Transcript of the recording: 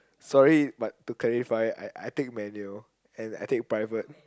sorry but to clarify I I take manual and I take private